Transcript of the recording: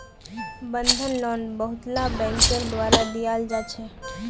बंधक लोन बहुतला बैंकेर द्वारा दियाल जा छे